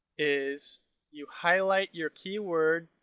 is you highlight your keyword,